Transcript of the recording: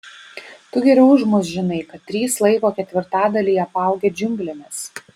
tu geriau už mus žinai kad trys laivo ketvirtadaliai apaugę džiunglėmis